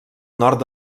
nord